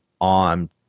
on